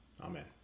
Amen